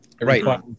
Right